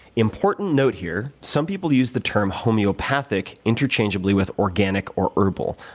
important note here, some people use the term homeopathic interchangeably with organic or herbal.